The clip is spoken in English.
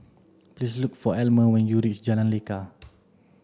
please look for Almer when you reach Jalan Lekar